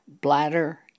bladder